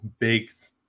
baked